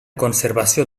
conservació